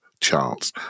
chance